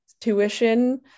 tuition